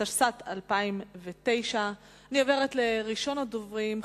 התשס"ט 2009. אני עוברת לראשון הדוברים,